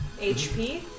HP